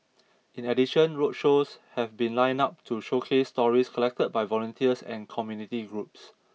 in addition roadshows have been lined up to showcase stories collected by volunteers and community groups